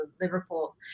Liverpool